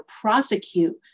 prosecute